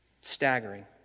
Staggering